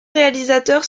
réalisateurs